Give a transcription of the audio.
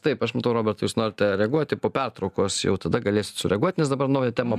taip aš matau robertai jūs norite reaguoti po pertraukos jau tada galėsit sureaguot nes dabar naują temą